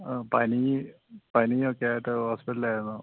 പനി പനിയൊക്കെ ആയിട്ട് ഹോസ്പിറ്റല്ലായിരുന്നു